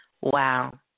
wow